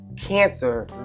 cancer